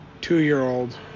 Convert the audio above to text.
two-year-old